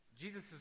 Jesus